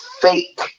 fake